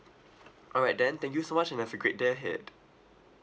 alright then thank you so much and have a great day ahead